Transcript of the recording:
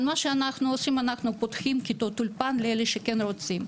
אנחנו פותחים כיתות אולפן לאלה שכן רוצים.